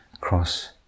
cross